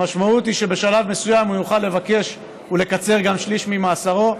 המשמעות היא שבשלב מסוים הוא יוכל לבקש וגם לקצר שליש ממאסרו.